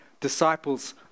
disciples